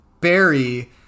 Barry